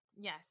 Yes